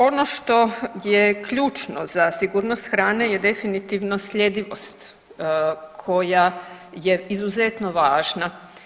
Ono što je ključno za sigurnost hrane je definitivno sljedivost koja je izuzetno važna.